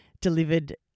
delivered